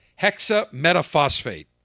hexametaphosphate